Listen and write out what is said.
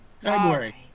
February